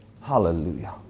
Hallelujah